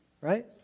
Right